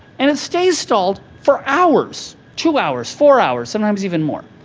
and it stays stalled for hours, two hours, four hours, sometimes even more.